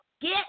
get